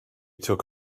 took